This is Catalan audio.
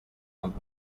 amb